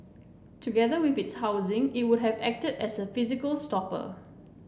together with its housing it would have acted as a physical stopper